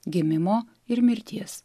gimimo ir mirties